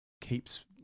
keeps